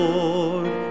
Lord